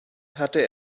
hatte